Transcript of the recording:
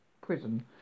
prison